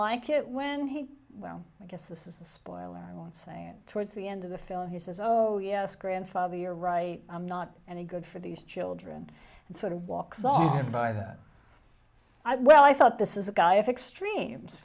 like it when he well i guess this is a spoiler i want to say it towards the end of the film he says oh yes grandfather you're right i'm not and it good for these children and sort of walk song by that i well i thought this is a guy if extremes